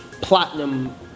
platinum